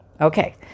Okay